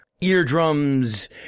eardrums